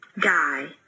Guy